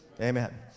Amen